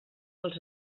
els